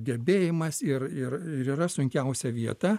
gebėjimas ir ir ir yra sunkiausia vieta